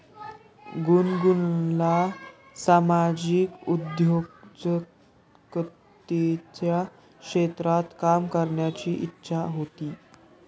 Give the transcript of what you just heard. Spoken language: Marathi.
गुनगुनला सामाजिक उद्योजकतेच्या क्षेत्रात काम करण्याची इच्छा होती